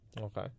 Okay